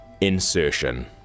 insertion